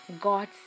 God